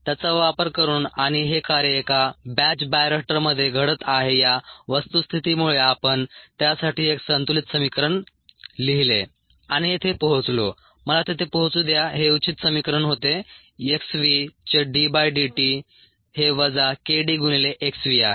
त्याचा वापर करून आणि हे कार्य एका बॅच बायोरिएक्टरमध्ये घडत आहे या वस्तुस्थितीमुळे आपण त्यासाठी एक संतुलित समिकरण लिहिले आणि येथे पोहोचलो मला तेथे पोहोचू द्या हे उचित समीकरण होते x v चे d बाय d t हे वजा k d गुणिले x v आहे